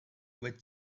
with